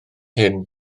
hyn